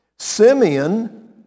Simeon